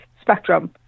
spectrum